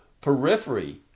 periphery